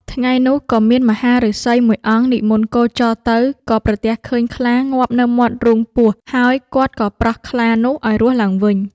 ថ្ងៃនោះក៏មានមហាឫសីមួយអង្គនិមន្តគោចរទៅ ក៏ប្រទះឃើញខ្លាងាប់នៅមាត់រូងពស់ ហើយគាត់ក៏ប្រោះខ្លានោះឱ្យរស់ឡើងវិញ។